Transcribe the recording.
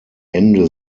ende